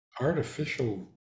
artificial